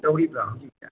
ꯇꯧꯔꯤꯕꯔꯥ ꯍꯧꯖꯤꯛꯇꯤ